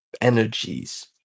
energies